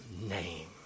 name